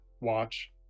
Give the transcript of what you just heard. watch